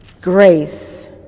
Grace